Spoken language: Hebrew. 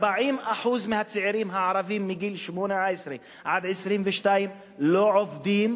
40% מהצעירים הערבים מגיל 18 עד 22 לא עובדים